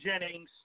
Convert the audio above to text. Jennings